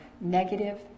negative